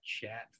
chat